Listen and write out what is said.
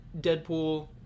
deadpool